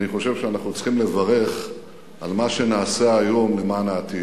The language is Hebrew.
אני חושב שאנחנו צריכים לברך על מה שנעשה היום למען העתיד.